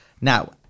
Now